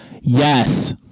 Yes